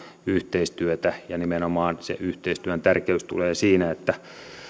yhteistyötä nimenomaan se yhteistyön tärkeys tulee siinä että